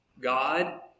God